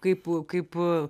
kaip kaip